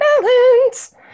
balance